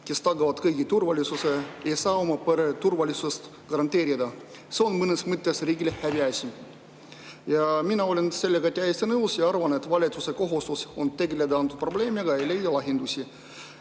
kes tagavad kõigi turvalisuse – ei saa oma turvalisust garanteerida. See on mõnes mõttes riigile häbiasi. Mina olen sellega täiesti nõus ja arvan, et valitsuse kohustus on tegeleda antud probleemiga, et leida lahendusi,